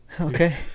Okay